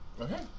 Okay